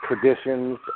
traditions